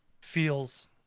feels